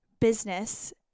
business